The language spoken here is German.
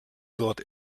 dort